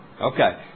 Okay